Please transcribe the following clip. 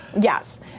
Yes